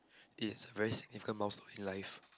it's a very significant milestone in life